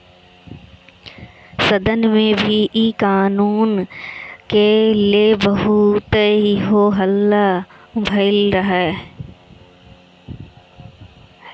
सदन में भी इ कानून के ले बहुते हो हल्ला भईल रहे